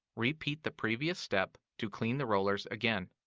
repeat the previous step to clean the rollers again.